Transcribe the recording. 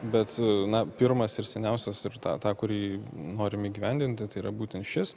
bet na pirmas ir seniausias ir tą tą kurį norim įgyvendinti tai yra būtent šis